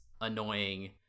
annoying